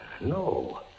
No